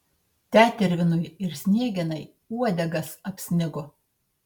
tetervinui ir sniegenai uodegas apsnigo